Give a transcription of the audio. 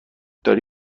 داری